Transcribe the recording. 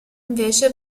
invece